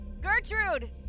Gertrude